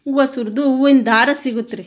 ಹೂವು ಸುರಿದು ಹೂವಿನ್ ದಾರ ಸಿಗುತ್ತೆ ರೀ